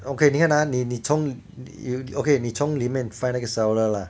okay 你看啊你你从里 okay 你从里面 find 那个 seller lah